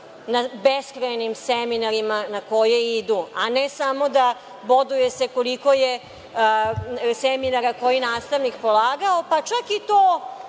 na beskrajnim seminarima na koje idu, a ne samo da se boduje koliko je seminara koji nastavnik polagao, pa čak i to